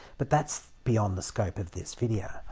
but that's beyond the scope of this video.